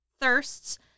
thirsts